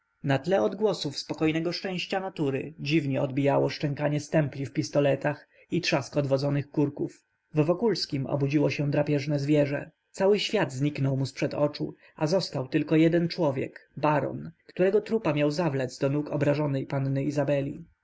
na tle odgłosów spokojnego szczęścia natury dziwnie odbijało szczękanie stempli w pistoletach i trzask odwodzonych kurków w wokulskim obudziło się drapieżne zwierzę cały świat zniknął mu zprzed oczu a został tylko jeden człowiek baron którego trupa miał zawlec do nóg obrażonej panny izabeli